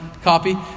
Copy